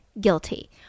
guilty